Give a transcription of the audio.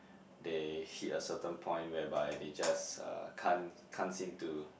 they hit a certain point whereby they just uh can't can't seem to